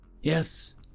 Yes